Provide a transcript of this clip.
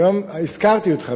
והזכרתי אותך,